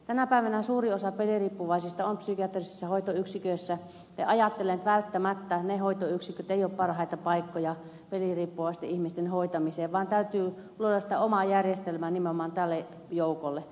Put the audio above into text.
tänä päivänä suuri osa peliriippuvaisista on psykiatrisissa hoitoyksiköissä ja ajattelen että välttämättä ne hoitoyksiköt eivät ole parhaita paikkoja peliriippuvaisten ihmisten hoitamiseen vaan täytyy luoda sitä omaa järjestelmää nimenomaan tälle joukolle